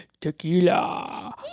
Tequila